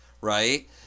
right